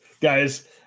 guys